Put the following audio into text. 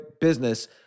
business